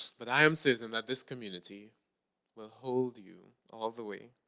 but i am certain that this community will hold you all the way.